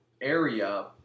area